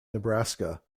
nebraska